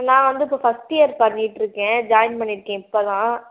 நான் வந்து இப்போ ஃபர்ஸ்ட் இயர் பண்ணிவிட்டு இருக்கேன் ஜாயின் பண்ணிருக்கேன் இப்போ தான்